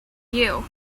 you